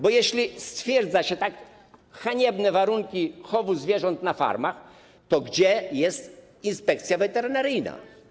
Bo jeśli stwierdza się tak haniebne warunku chowu zwierząt na farmach, to gdzie jest inspekcja weterynaryjna?